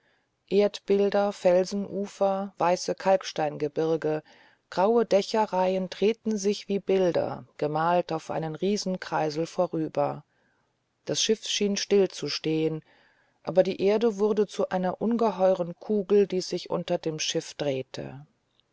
erdbilder felsenufer weiße kalksteingebirge graue dächerreihen drehten sich wie bilder gemalt auf einen riesenkreisel vorüber das schiff schien still zu stehen aber die erde wurde zu einer ungeheuren kugel die sich unter dem schiff drehte